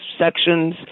sections